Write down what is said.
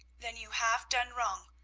then you have done wrong,